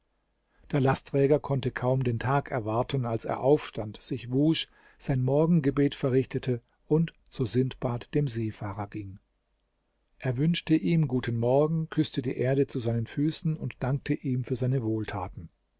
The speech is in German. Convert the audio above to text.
der lastträger konnte kaum den tag erwarten als er aufstand sich wusch sein morgengebet verrichtete und zu sindbad dem seefahrer ging er wünschte ihm guten morgen küßte die erde zu seinen füßen und dankte ihm für seine wohltaten